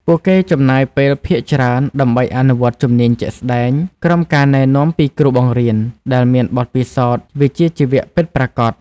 ពួកគេចំណាយពេលភាគច្រើនដើម្បីអនុវត្តជំនាញជាក់ស្តែង ក្រោមការណែនាំពីគ្រូបង្រៀនដែលមានបទពិសោធន៍វិជ្ជាជីវៈពិតប្រាកដ។